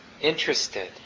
interested